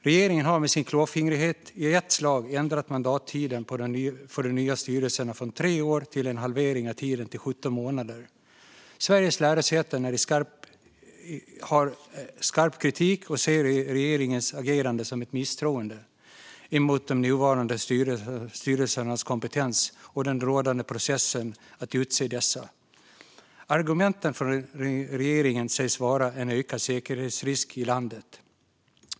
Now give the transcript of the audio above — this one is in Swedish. Regeringen har med sin klåfingrighet i ett slag ändrat mandattiden för de nya styrelserna från tre år till halva den tiden, alltså 17 månader. Sveriges lärosäten framför skarp kritik och ser regeringens agerande som ett misstroende mot de nuvarande styrelsernas kompetens och den rådande processen att utse dessa. Argumenten från regeringen sägs vara en ökad säkerhetsrisk i landet.